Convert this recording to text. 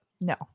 No